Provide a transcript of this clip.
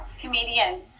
comedian